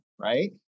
right